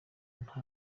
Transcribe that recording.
nta